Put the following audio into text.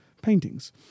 paintings